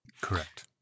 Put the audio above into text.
Correct